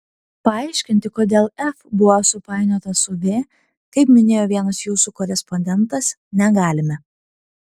paaiškinti kodėl f buvo supainiota su v kaip minėjo vienas jūsų korespondentas negalime